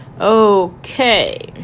Okay